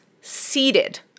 seated